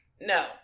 No